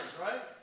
right